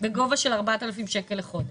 בגובה של 4,000 שקלים בחודש.